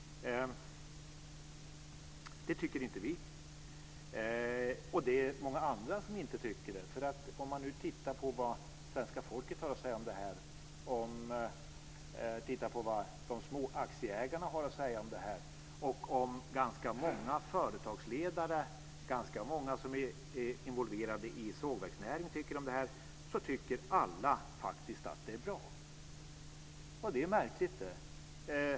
Det tycker inte vi, och det är många andra som inte tycker det. Om man tittar på vad svenska folket har att säga om detta, vad de små aktieägarna har att säga om detta och vad ganska många företagsledare som är involverade i sågverksnäringen har att säga om detta, så tycker faktiskt alla att det är bra. Det är märkligt.